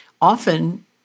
often